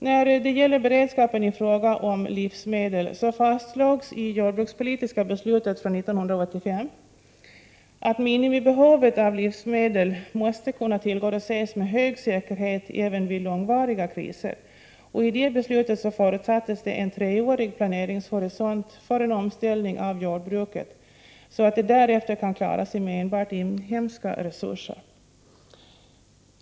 När det gäller beredskapen i fråga om livsmedel fastslogs i det jordbrukspolitiska beslutet från 1985, att minimibehovet av livsmedel måste kunna tillgodoses med hög säkerhet även vid långvariga kriser. I beslutet förutsattes en treårig planeringshorisont för en omställning av jordbruket, så att det därefter kan klara sig med enbart inhemska resurser.